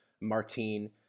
Martine